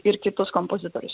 ir kitus kompozitorius